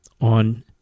on